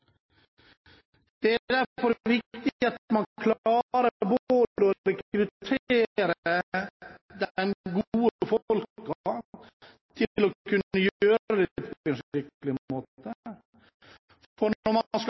Det er derfor viktig at man klarer å rekruttere de gode folkene for å kunne gjøre dette på en skikkelig måte. For når man